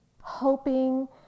hoping